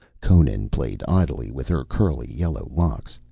conan played idly with her curly yellow locks,